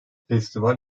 festival